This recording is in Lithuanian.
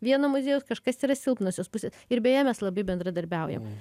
vieno muziejaus kažkas yra silpnosios pusės ir beje mes labai bendradarbiaujam